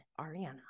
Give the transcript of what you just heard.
Ariana